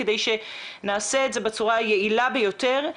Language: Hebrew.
כדי שנעשה את זה בצורה היעילה ביותר.